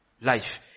life